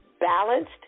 balanced